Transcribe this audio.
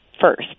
first